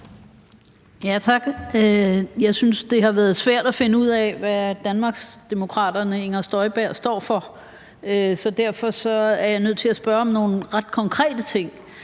Jeg synes, det har været svært at finde ud af, hvad Danmarksdemokraterne – Inger Støjberg står for. Derfor er jeg nødt til at spørge om nogle ret konkrete ting.